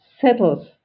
settles